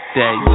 day